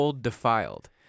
defiled